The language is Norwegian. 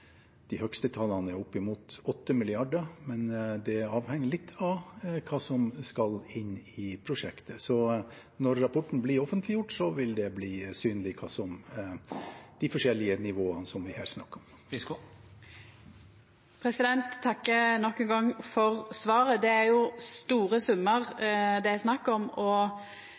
de høyeste tallene er opp imot 8 mrd. kr, men det avhenger litt av hva som skal inn i prosjektet. Når rapporten blir offentliggjort, vil det bli synlig hva som er på de forskjellige nivåene som vi her snakker om. Eg takkar nok ein gong for svaret. Det er store summar det er snakk om, og